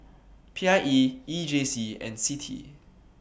P I E E J C and CITI